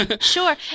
sure